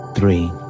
Three